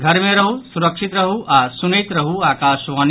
घर मे रहू सुरक्षित रहू आ सुनैत रहू आकाशवाणी